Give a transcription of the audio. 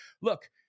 Look